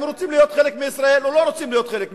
אם הם רוצים להיות חלק מישראל או לא רוצים להיות חלק מישראל.